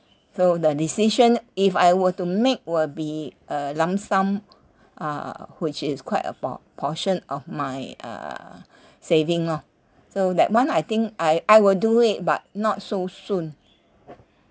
so the decision if I were to make will be a lump sum uh which is quite a por~ portion of my uh saving lor so that one I think I I will do it but not so soon